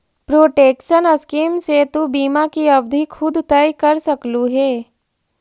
protection scheme से तु बीमा की अवधि खुद तय कर सकलू हे